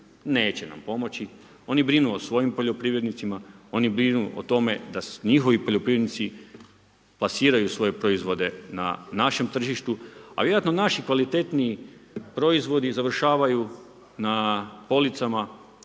Neće nam pomoći, oni brinu o svojim poljoprivrednicima, oni brinu o tome da njihovi poljoprivrednici plasiraju svoje proizvode na našem tržištu a vjerojatno naši kvalitetniji proizvodi završavaju na policama